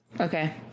Okay